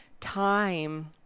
time